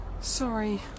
Sorry